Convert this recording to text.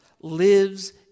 lives